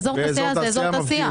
אזור התעשייה זה אזור התעשייה.